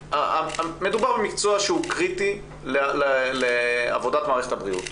מדובר במקצוע שהוא קריטי לעבודת מערכת הבריאות.